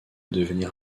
devenir